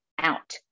out